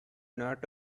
not